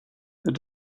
they